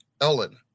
Ellen